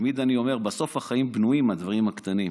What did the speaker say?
תמיד אני אומר: בסוף החיים בנויים מהדברים הקטנים.